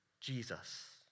Jesus